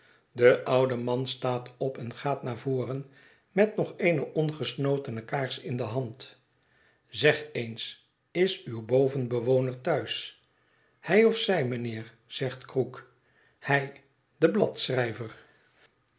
de oude man staat op en gaat naar voren met nog eene ongesnotene kaars in de hand zeg eens is uw bovenbewoner thuis hij of zij mijnheer zegt krook hij de